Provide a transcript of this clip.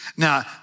Now